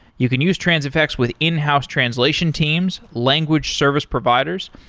you can use transifex with in-house translation teams, language service providers.